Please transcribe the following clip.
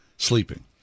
sleeping